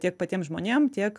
tiek patiem žmonėm tiek